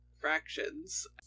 Fractions